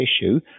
issue